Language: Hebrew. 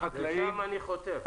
לשם אני חותר.